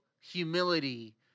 humility